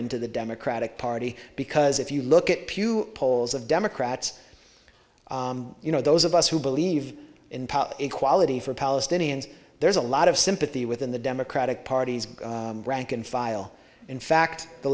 into the democratic party because if you look at pew polls of democrats you know those of us who believe in equality for palestinians there's a lot of sympathy within the democratic party's rank and file in fact the